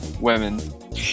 Women